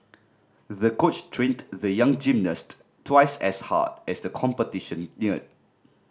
the coach trained the young gymnast twice as hard as the competition neared